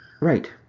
Right